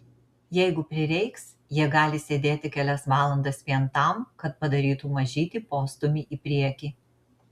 jeigu prireiks jie gali sėdėti kelias valandas vien tam kad padarytų mažytį postūmį į priekį